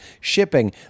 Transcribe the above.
shipping